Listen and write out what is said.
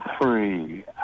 free